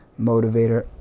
motivator